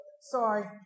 Sorry